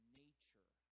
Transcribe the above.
nature